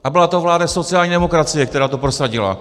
A byla to vláda sociální demokracie, která to prosadila.